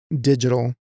digital